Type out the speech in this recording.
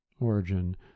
origin